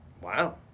Wow